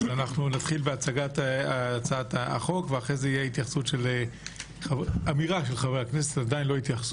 ונתחיל בהצגת הצעת החוק ואחרי כן נשמע את חברי הכנסת.